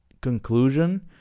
conclusion